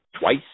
twice